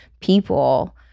people